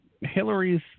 Hillary's